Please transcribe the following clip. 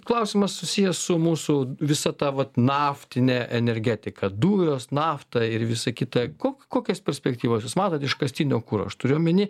klausimas susijęs su mūsų visa ta vat naftine energetika dujos nafta ir visa kita ko kokias perspektyvas jūs matot iškastinio kuro aš turiu omeny